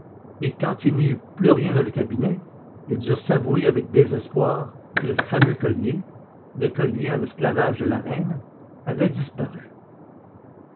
et quand il n'y eut plus rien dans le cabinet ils durent s'avouer avec désespoir que le fameux collier le collier en esclavage de la reine avait disparu